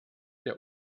der